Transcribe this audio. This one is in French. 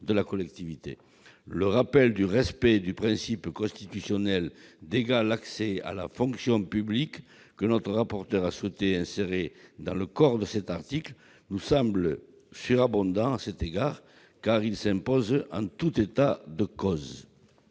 de la collectivité. Le rappel du respect du principe constitutionnel d'égal accès à la fonction publique, que notre rapporteur a souhaité insérer dans cet article, nous semble à cet égard superfétatoire, ce principe s'imposant en tout état de cause.